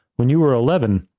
when you were eleven,